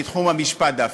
בתחום המשפט דווקא.